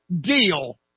deal